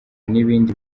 n’ibindi